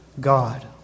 God